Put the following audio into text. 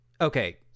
Okay